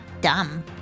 dumb